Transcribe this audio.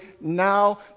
now